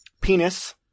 Penis